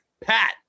Pat